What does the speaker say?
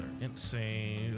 insane